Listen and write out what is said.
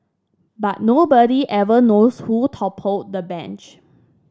but nobody ever knows who toppled the bench